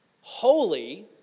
Holy